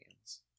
hands